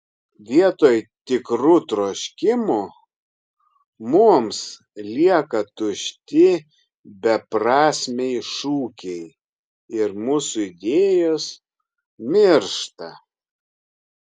vietoj tikrų troškimų mums lieka tušti beprasmiai šūkiai ir mūsų idėjos miršta